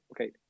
okay